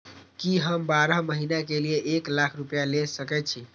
की हम बारह महीना के लिए एक लाख रूपया ले सके छी?